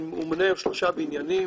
הוא מונה שלושה בניינים